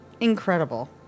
incredible